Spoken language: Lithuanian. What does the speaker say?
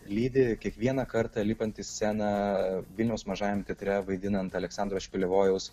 lydi kiekvieną kartą lipant į sceną vilniaus mažajam teatre vaidinant aleksandro špilevojaus